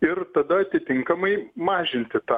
ir tada atitinkamai mažinti tą